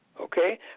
okay